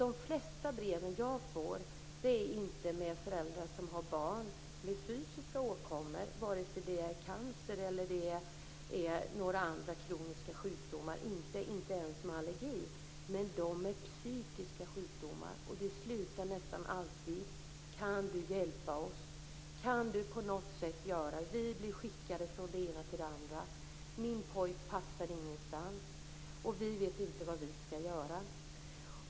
De flesta brev jag får är inte från föräldrar som har barn med fysiska åkommor, vare sig det är cancer eller andra kroniska sjukdomar, inte ens allergi, utan de är från dem med barn med psykiska sjukdomar. De slutar nästan alltid: Kan du hjälpa oss? Kan du gör något? Vi blir skickade från det ena till det andra. Min pojk passar ingenstans. Vi vet inte vad vi skall göra.